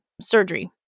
surgery